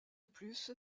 plus